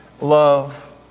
love